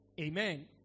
amen